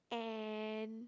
and